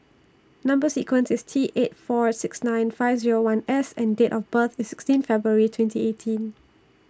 Number sequence IS T eight four six nine five Zero one S and Date of birth IS sixteen February twenty eighteen